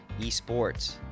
eSports